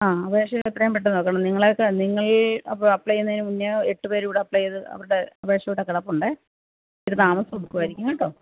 ആ അപേക്ഷ എത്രയും പെട്ടന്ന് വെക്കണം നിങ്ങളെ നിങ്ങൾ അപ്പോൾ അപ്ലൈ ചെയ്യുന്നതിന് മുന്നേ എട്ട് പേര് ഇവിടെ അപ്ലൈ ചെയ്തു അവരുടെ അപേക്ഷ ഇവിടെ കിടപ്പുണ്ട് ഇച്ചിരി താമസം എടുക്കുമായിരിക്കും കേട്ടോ